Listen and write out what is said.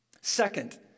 Second